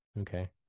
Okay